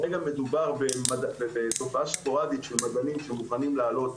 כרגע מדובר בתופעה ספורדית של מדענים שמוכנים לעלות,